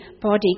body